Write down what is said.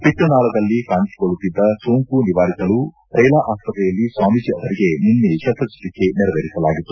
ಪಿತ್ತನಾಳದಲ್ಲಿ ಕಾಣಿಸಿಕೊಳ್ಳುತ್ತಿದ್ದ ಸೋಂಕು ನಿವಾರಿಸಲು ರೇಲಾ ಆಸ್ಪತ್ರೆಯಲ್ಲಿ ಸ್ವಾಮಿಜೀ ಅವರಿಗೆ ನಿನ್ನೆ ಶಸ್ತ ಚಿಕಿತ್ಸೆ ನೆರವೇರಿಸಲಾಗಿತ್ತು